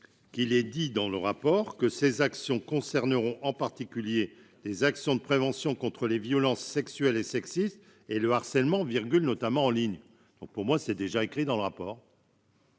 qu'il est dit dans le rapport que ces actions concerneront en particulier des actions de prévention contre les violences sexuelles et sexistes et le harcèlement notamment en ligne, donc pour moi c'est déjà écrit dans le rapport.